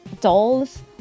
dolls